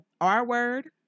R-Word